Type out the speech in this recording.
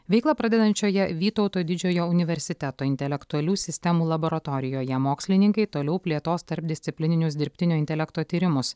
veiklą pradedančioje vytauto didžiojo universiteto intelektualių sistemų laboratorijoje mokslininkai toliau plėtos tarpdisciplininius dirbtinio intelekto tyrimus